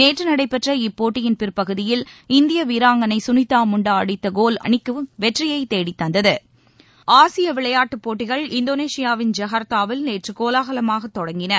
நேற்று நடைபெற்ற இப்போட்டியின் பிற்பகுதியில் இந்திய வீராங்கனை சுனிதா முண்டா அடித்த கோல் அணிக்கு வெற்றியைத் தேடித் தந்தது ஆசிய விளையாட்டுப் போட்டிகளில் இந்தோனேஷியாவின் ஜகார்த்தாவில் நேற்று கோலாகலமாகத் தொடங்கியது